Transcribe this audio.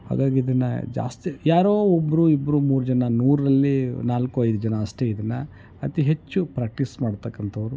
ಹಾಗಾಗಿ ಇದನ್ನು ಜಾಸ್ತಿ ಯಾರೋ ಒಬ್ಬರು ಇಬ್ಬರು ಮೂರು ಜನ ನೂರರಲ್ಲಿ ನಾಲ್ಕು ಐದು ಜನ ಅಷ್ಟೇ ಇದನ್ನು ಅತಿ ಹೆಚ್ಚು ಪ್ರ್ಯಾಕ್ಟೀಸ್ ಮಾಡ್ತಕ್ಕಂತವರು